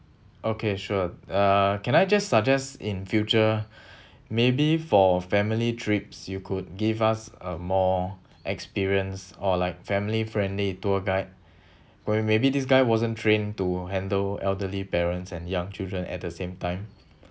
okay sure uh can I just suggest in future maybe for family trips you could give us a more experienced or like family friendly tour guide or maybe this guy wasn't trained to handle elderly parents and young children at the same time